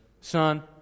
son